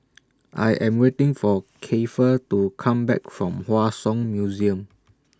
I Am waiting For Keifer to Come Back from Hua Song Museum